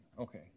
okay